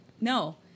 No